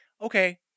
Okay